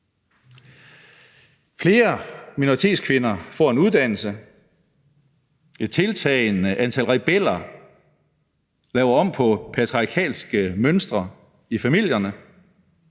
Flere minoritetskvinder får en uddannelse, et tiltagende antal rebeller laver om på patriarkalske mønstre i familierne,